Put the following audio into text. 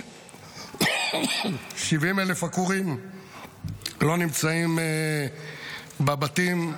70,000 עקורים לא נמצאים בבתים.